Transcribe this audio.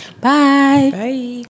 Bye